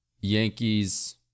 Yankees